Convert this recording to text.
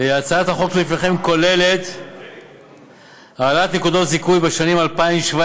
הצעת החוק שלפניכם כוללת העלאת נקודות זיכוי בשנים 2017